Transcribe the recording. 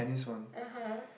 (uh huh)